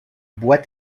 bois